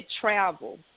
travel